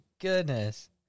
goodness